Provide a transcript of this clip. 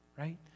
right